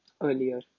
earlier